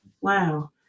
wow